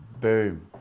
Boom